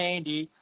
Andy